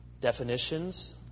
definitions